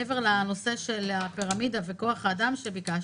מעבר לנושא של הפירמידה וכוח האדם שביקשתי.